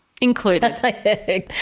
included